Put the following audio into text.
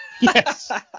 Yes